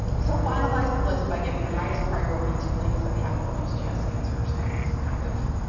so finalize the list by giving the highest priority to things that have the most yes answers, that's kind of